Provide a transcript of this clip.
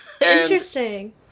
interesting